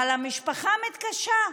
אבל המשפחה מתקשה,